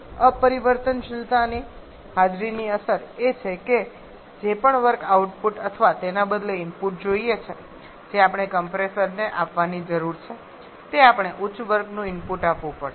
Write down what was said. અપરિવર્તનશીલતાની હાજરીની અસર એ છે કે જે પણ વર્ક આઉટપુટ અથવા તેના બદલે ઇનપુટ જોઈએ છે જે આપણે કમ્પ્રેસરને આપવાની જરૂર છે તે આપણે ઉચ્ચ વર્કનું ઇનપુટ આપવું પડશે